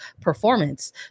performance